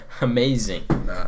Amazing